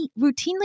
routinely